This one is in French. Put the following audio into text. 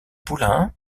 poulain